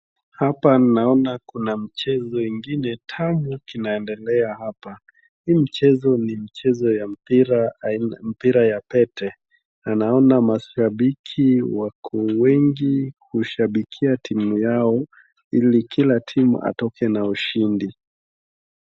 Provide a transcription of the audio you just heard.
Hapa naona kuna mchezo ingine tamu kinaendelea hapa. Hii mchezo ni mchezo ya mpira aina mpira ya pete na naona mashabiki wako wengi kushabikia timu yao ili kila timu atoke na ushindi.